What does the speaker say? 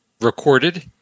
recorded